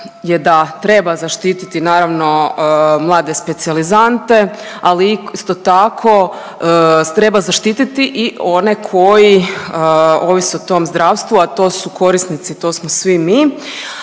je da treba zaštititi naravno mlade specijalizante, ali isto tako treba zaštititi i one koji ovise o tom zdravstvu, a to su korisnici, to smo svi mi.